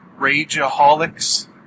rageaholics